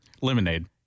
Lemonade